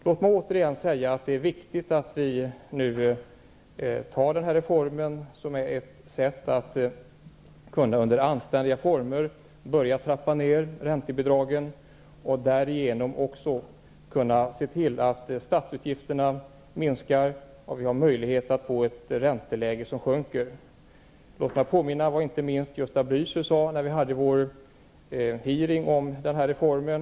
Låt mig återigen säga att det är viktigt att vi nu genomför den här reformen, som är en möjlighet att under anständiga former börja trappa ner räntebidragen. Därigenom kan vi också se till att statsutgifterna minskar och att ränteläget sjunker. Låt mig påminna om vad inte minst Gösta Blücher sade när vi hade vår utfrågning om den här reformen.